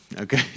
Okay